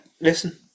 listen